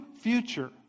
future